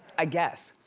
i guess.